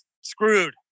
screwed